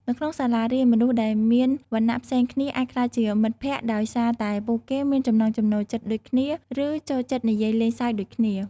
នៅក្នុងសាលារៀន មនុស្សដែលមានវណ្ណៈផ្សេងគ្នាអាចក្លាយជាមិត្តភក្តិដោយសារតែពួកគេមានចំណង់ចំណូលចិត្តដូចគ្នាឬចូលចិត្តនិយាយលេងសើចដូចគ្នា។